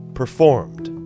performed